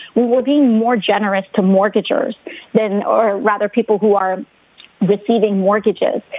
well, we'll be more generous to mortgagers than or rather people who are receiving mortgages.